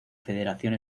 federación